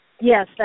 Yes